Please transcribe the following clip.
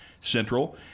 Central